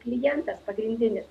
klientas pagrindinis